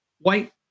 white